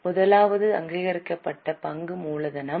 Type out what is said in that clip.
முதலாவது அங்கீகரிக்கப்பட்ட பங்கு மூலதனம்